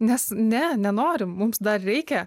nes ne nenorim mums dar reikia